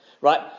right